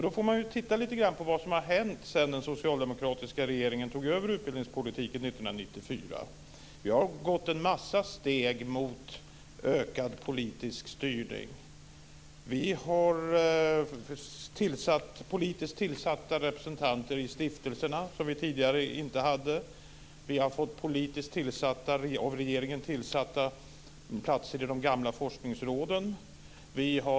Då får man titta lite grann på vad som har hänt sedan den socialdemokratiska regeringen tog över utbildningspolitiken 1994. Vi har gått en massa steg mot ökad politisk styrning. Vi har politiskt tillsatta representanter i stiftelserna, som vi tidigare inte hade. Vi har fått av regeringen tillsatta platser i de gamla forskningsråden.